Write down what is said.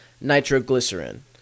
nitroglycerin